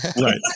Right